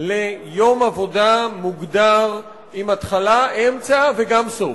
ליום עבודה מוגדר, עם התחלה, אמצע וגם סוף.